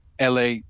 LA